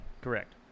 Correct